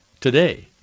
today